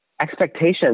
expectations